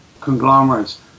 conglomerates